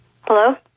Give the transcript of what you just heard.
Hello